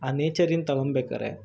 ಆ ನೇಚರನ್ನ ತಗೊಂಬೇಕಾದ್ರೆ